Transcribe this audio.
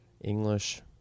English